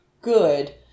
good